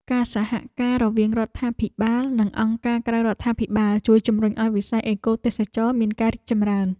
ការសហការរវាងរដ្ឋាភិបាល និងអង្គការក្រៅរដ្ឋាភិបាលជួយជម្រុញឱ្យវិស័យអេកូទេសចរណ៍មានការរីកចម្រើន។